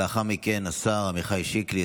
ולאחר מכן השר עמיחי שיקלי,